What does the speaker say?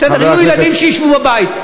בסדר, יהיו ילדים שישבו בבית.